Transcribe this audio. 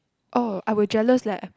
oh I will jealous leh